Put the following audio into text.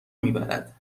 میبرد